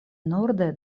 norde